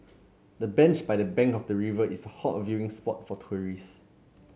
the bench by the bank of the river is a hot viewing spot for tourists